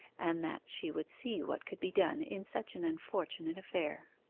and that she would see what could be done in such an unfortunate affair.